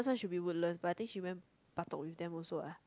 no she be Woodlands but I think she went Bedok with them also lah